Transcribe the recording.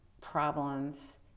problems